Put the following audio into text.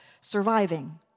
surviving